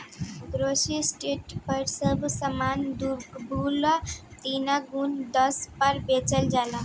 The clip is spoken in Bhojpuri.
ग्रोसरी स्टोर पर सब सामान दुगुना तीन गुना दाम पर बेचल जाला